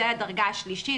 זו הדרגה השלישית.